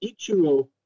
Ichiro